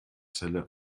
zelle